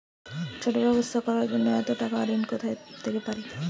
ছোট ব্যাবসা করার জন্য কতো টাকা ঋন পেতে পারি?